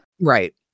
Right